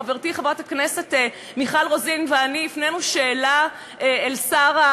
חברתי חברת הכנסת מיכל רוזין ואני הפנינו שאלה אל שר,